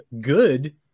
good